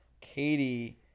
Katie